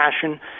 passion